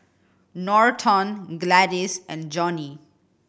Norton Gladis and Johnnie